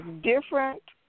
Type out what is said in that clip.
different